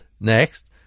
next